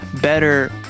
better